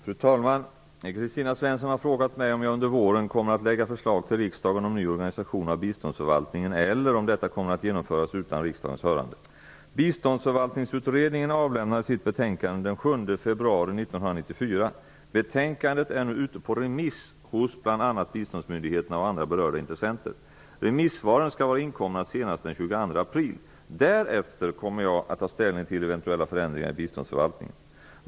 Fru talman! Kristina Svensson har frågat mig om jag under våren kommer att lägga fram förslag till riksdagen om ny organisation av biståndsförvaltningen eller om detta kommer att genomföras utan riksdagens hörande. Biståndsförvaltningsutredningen avlämnade sitt betänkande den 7 februari 1994. Betänkandet är nu ute på remiss hos bl.a. biståndsmyndigheterna och andra berörda intressenter. Remissvaren skall vara inkomna senast den 22 april. Därefter kommer jag att ta ställning till eventuella förändringar i biståndsförvaltningen.